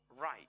right